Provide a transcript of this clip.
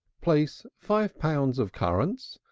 place five pounds of currants,